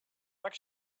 tak